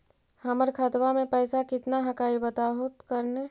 हमर खतवा में पैसा कितना हकाई बताहो करने?